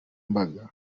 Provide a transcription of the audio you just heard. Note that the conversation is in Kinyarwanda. mbaga